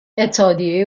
اتحادیه